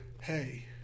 hey